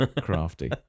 Crafty